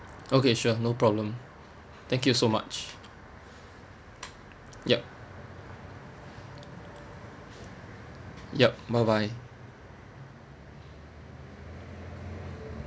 okay sure no problem thank you so much yup yup bye bye